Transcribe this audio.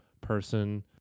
person